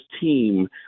team